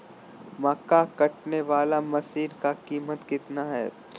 मक्का कटने बाला मसीन का कीमत कितना है?